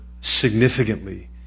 significantly